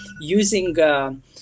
using